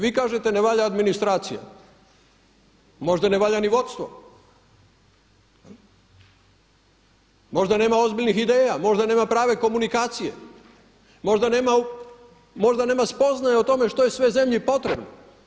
Vi kažete ne valja administracija, možda ne valja ni vodstvo, možda nema ozbiljni ideja, možda nema prave komunikacije, možda nema spoznaje o tome što je sve zemlji potrebno.